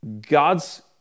God's